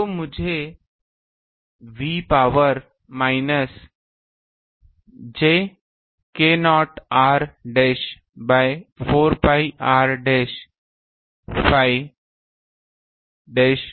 तो मुझे v power minus j k0 r dash by 4 pi r dash फ़िश a phi dash